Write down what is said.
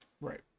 Right